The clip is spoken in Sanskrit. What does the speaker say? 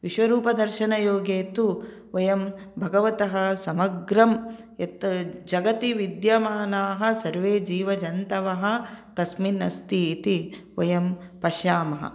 विश्वरूपदर्शनयोगे तु वयं भगवतः समग्रं यत् जगति विद्यमानाः सर्वे जीवजन्तवः तस्मिन् अस्ति इति वयं पश्यामः